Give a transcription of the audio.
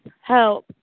help